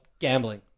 gambling